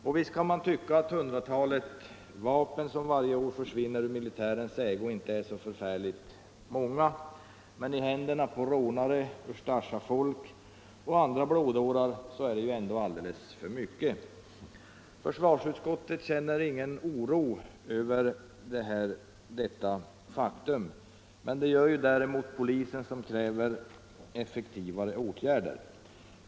Ja, visst kan man tycka att ett hundratal vapen som varje år försvinner ur militärens ägo inte är så särskilt många, men i händerna på rånare, Ustasjafolk och andra blådårar är det alldeles för mycket. Utskottet känner ingen oro över detta faktum, men det gör polisen, som kräver effektivare åtgärder.